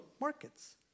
markets